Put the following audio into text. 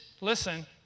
Listen